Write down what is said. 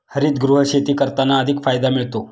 हरितगृह शेती करताना अधिक फायदा मिळतो